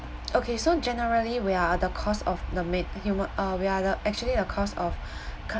okay so generally we are the cause of the mai~ huma~ uh we are the actually the cause of c~